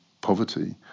poverty